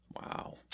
Wow